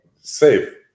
safe